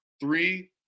three